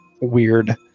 weird